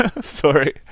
sorry